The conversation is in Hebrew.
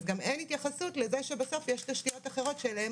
אז גם אין התייחסות לזה שבסוף יש תשתיות אחרות שאליהן